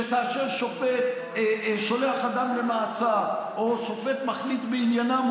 שכאשר שופט שולח אדם למעצר או שופט מחליט בעניינם,